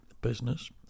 business